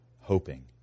hoping